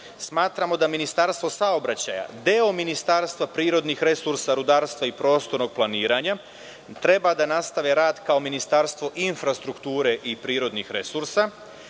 Smatramo da Ministarstvo saobraćaja, deo Ministarstva prirodnih resursa, rudarstva i prostornog planiranja treba da nastave rad kao Ministarstvo infrastrukture i prirodnih resursa.